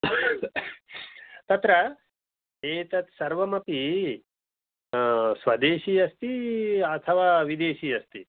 तत्र एतत् सर्वमपि स्वदेशी अस्ति अथवा विदेशी अस्ति